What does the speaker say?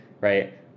right